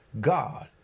God